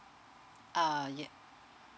uh yeah